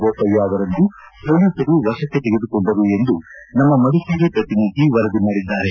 ಬೋಪಯ್ತ ಅವರನ್ನು ಮೊಲೀಸರು ವಶಕ್ಕೆ ತೆಗೆದುಕೊಂಡರು ಎಂದು ನಮ್ಮ ಮಡಿಕೇರಿ ಪ್ರತಿನಿಧಿ ವರದಿ ಮಾಡಿದ್ದಾರೆ